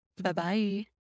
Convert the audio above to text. Bye-bye